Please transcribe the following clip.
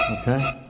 Okay